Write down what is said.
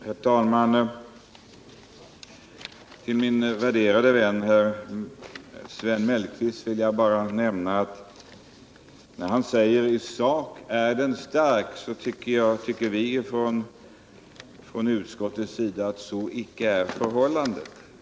Herr talman! För min värderade vän herr Sven Mellqvist vill jag bara nämna att när han säger att reservationen i sak är stark, tycker vi från utskottsmajoritetens sida att så icke är förhållandet.